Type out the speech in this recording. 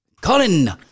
Colin